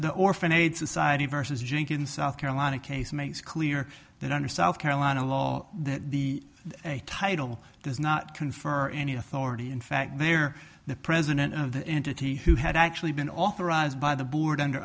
the orphan aid society vs jenkins south carolina case makes clear that under south carolina law the a title does not confer any authority in fact they are the president of the entity who had actually been authorized by the board under